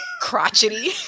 crotchety